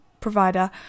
provider